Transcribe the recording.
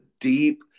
deep